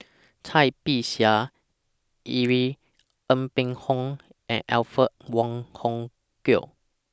Cai Bixia Irene Ng Phek Hoong and Alfred Wong Hong Kwok